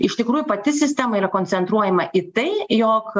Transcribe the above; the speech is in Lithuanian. iš tikrųjų pati sistema yra koncentruojama į tai jog